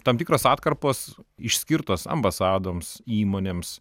tam tikros atkarpos išskirtos ambasadoms įmonėms